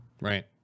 Right